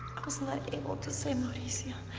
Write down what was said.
i was not able to save mauricio.